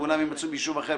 ואולם אם מצוי ביישוב אחר,